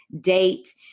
date